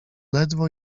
ledwo